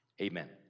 amen